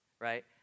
right